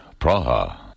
Praha